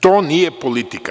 To nije politika.